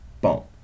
Boom